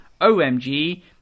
OMG